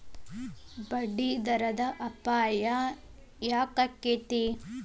ಬಡ್ಡಿದರದ್ ಅಪಾಯ ಯಾಕಾಕ್ಕೇತಿ?